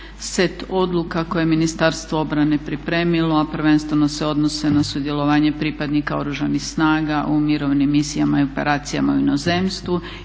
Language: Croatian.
set odluka koje je Ministarstvo obrane pripremilo, a prvenstveno se odnose na sudjelovanje pripadnika Oružanih snaga u mirovnim misijama i operacijama u inozemstvu